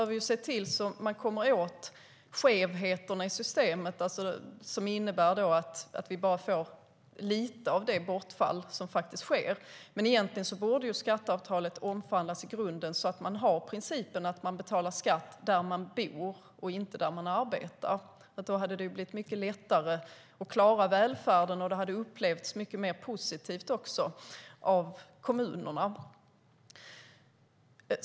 Vi måste komma åt skevheterna i systemet, som innebär att Sverige får tillbaka bara en liten del av det bortfall som faktiskt sker. Egentligen borde skatteavtalet omvandlas i grunden så att det blir principen att betala skatt där man bor och inte där man arbetar. Då skulle det bli lättare att klara välfärden, och det skulle uppfattas som mer positivt av kommunerna.